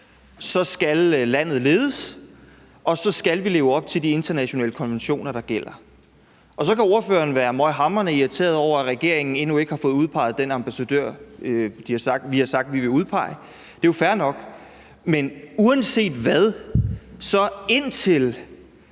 skal landet ledes, og så skal vi leve op til de internationale konventioner, der gælder. Og så kan ordføreren være møghamrende irriteret over, at regeringen endnu ikke har fået udpeget den ambassadør, vi har sagt vi ville udpege, og det er fair nok. Men uanset hvad er både